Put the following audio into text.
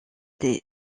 des